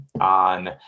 on